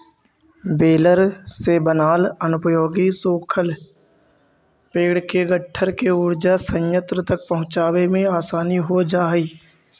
baler से बनाल अनुपयोगी सूखल पेड़ के गट्ठर के ऊर्जा संयन्त्र तक पहुँचावे में आसानी हो जा हई